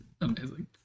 Amazing